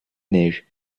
neige